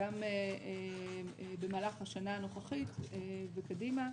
במהלך השנה הנוכחית וקדימה.